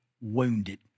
wounded